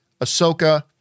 Ahsoka